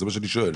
על זה אני שואל.